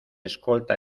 escolta